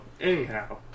anyhow